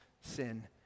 sin